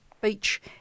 Beach